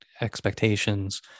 expectations